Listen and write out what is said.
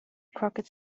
crooked